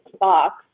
box